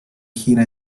gira